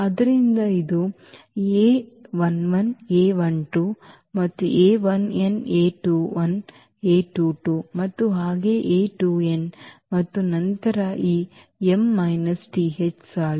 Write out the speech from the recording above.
ಆದ್ದರಿಂದ ಇದು ಮತ್ತು ಮತ್ತು ಹಾಗೆ ಮತ್ತು ನಂತರ ಈ m th ಸಾಲು